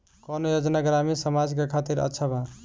कौन योजना ग्रामीण समाज के खातिर अच्छा बा?